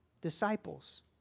Disciples